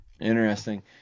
Interesting